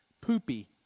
Poopy